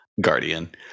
guardian